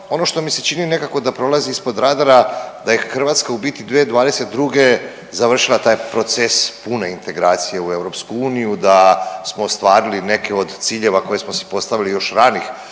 ono što mi se čini da nekako prolazi ispod radara da je Hrvatska u biti 2022. završila taj proces pune integracije u EU, da smo ostvarili neke od ciljeva koje smo si postavili još ranih